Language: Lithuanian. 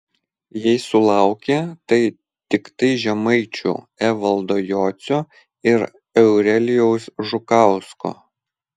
jei sulaukė tai tiktai žemaičių evaldo jocio ir eurelijaus žukausko